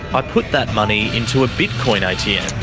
i put that money into a bitcoin atm,